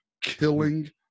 killing